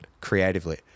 creatively